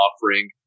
offering